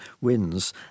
wins